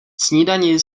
snídani